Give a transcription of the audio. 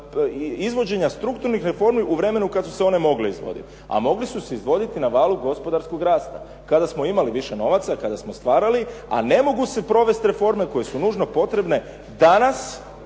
izvođenja strukturnih reformi u vremenu kad su se one mogle izvoditi a mogle su se izvoditi na valu gospodarskog rasta kada smo imali više novaca i kada smo stvarali a ne mogu se provesti reforme koje su nužno potrebne danas